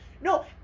No